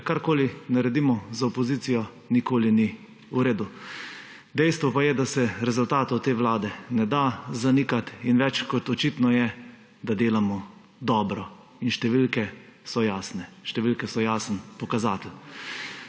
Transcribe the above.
ker karkoli naredimo, za opozicijo nikoli ni v redu. Dejstvo pa je, da se rezultatov te vlade ne da zanikati, in več kot očitno je, da delamo dobro in številke so jasne. Številke so jasen pokazatelj.